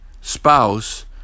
spouse